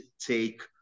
take